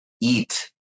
eat